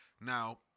now